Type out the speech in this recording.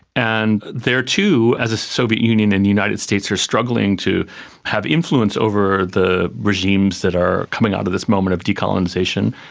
and there too, as the soviet union and the united states are struggling to have influence over the regimes that are coming out of this moment of decolonisation,